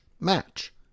match